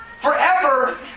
forever